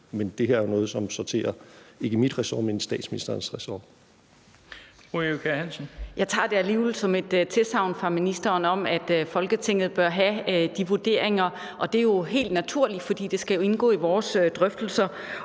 men det her er jo noget, som sorterer ikke under mit ressort, men statsministerens ressort.